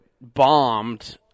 bombed